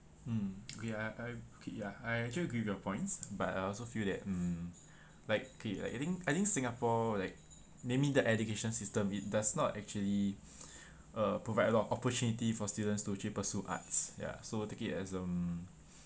mm okay I I okay ya I actually agree with your points but I also feel that mm like okay I think I think singapore like namely the education system it does not actually uh provide a lot of opportunities for students to pursue arts ya so take it as um